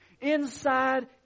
Inside